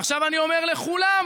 ועכשיו אני אומר לכולם: